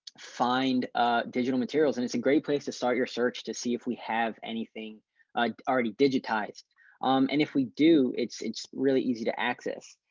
find digital materials and it's a great place to start your search to see if we have anything already digitized um and if we do, it's it's really easy to access.